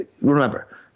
Remember